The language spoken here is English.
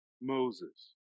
Moses